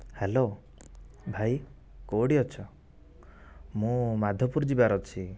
hello ଭାଇ କେଉଁଠି ଅଛ ମୁଁ ମାଧପୁର ଯିବାର ଅଛି